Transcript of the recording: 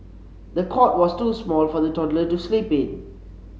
the cot was too small for the toddler to sleep in